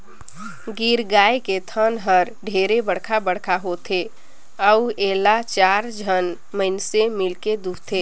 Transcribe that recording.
गीर गाय के थन हर ढेरे बड़खा बड़खा होथे अउ एला चायर झन मइनसे मिलके दुहथे